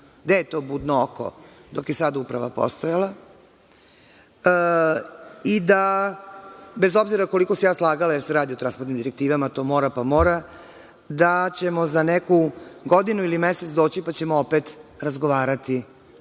Gde je to budno oko, dok je sad uprava postojala i da bez obzira koliko se ja slagala jer se radi o trans direktivama, a to mora, pa mora, da ćemo za neku godinu ili mesec doći, pa ćemo opet razgovarati